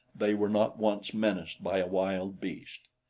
they were not once menaced by a wild beast.